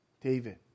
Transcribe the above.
David